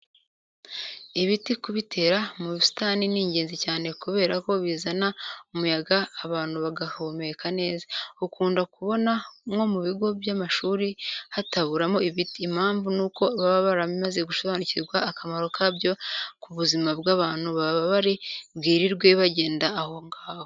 Ibiti kubitera mu busitani ni ingenzi cyane kubera ko bizana umuyaga abantu bagahumeka neza. Ukunda kubona nko mu bigo by'amashuri hataburamo ibiti, impamvu ni uko baba baramaze gusobanukirwa akamaro kabyo ku buzima bw'abantu baba bari bwirirwe bagenda aho ngaho.